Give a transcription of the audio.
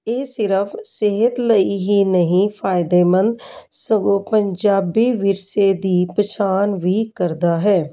ਇਹ ਸਿਰਫ ਸਿਹਤ ਲਈ ਹੀ ਨਹੀਂ ਫਾਇਦੇਮੰਦ ਸਗੋਂ ਪੰਜਾਬੀ ਵਿਰਸੇ ਦੀ ਪਹਿਚਾਣ ਵੀ ਕਰਦਾ ਹੈ